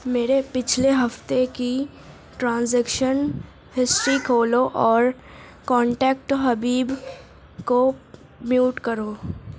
میرے پچھلے ہفتے کی ٹرانزیکشن ہسٹری کھولو اور کانٹیکٹ حبیب کو میوٹ کرو